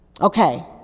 Okay